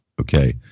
okay